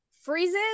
freezes